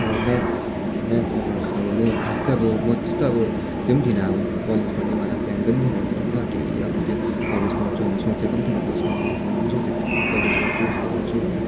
maths maths honours अब म खास चाहिँ अब म त्यस्तो अब त्यो थिइनँ अब कलेज गर्ने वाला प्लान पनि थिएन मेरो होइन अब त्यो कलेज गर्छु भनेर सोचेको थिइनँ दस मनमा एक मन पनि सोचेको थिइनँ कलेज गर्छु यस्तो गर्छु भनेर